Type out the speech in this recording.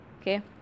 okay